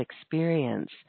experience